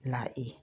ꯂꯥꯛꯏ